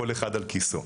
כל אחד על כיסו,